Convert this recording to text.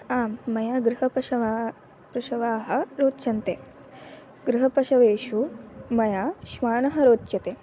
आं मया गृहपशवः पशवः रोचन्ते गृहपशवेषु मया श्वानः रुच्यते